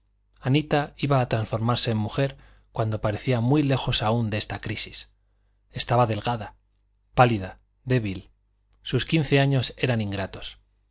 anita iba a transformarse en mujer cuando parecía muy lejos aún de esta crisis estaba delgada pálida débil sus quince años eran ingratos